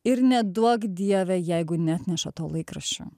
ir neduok dieve jeigu neatneša to laikraščio